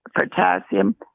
potassium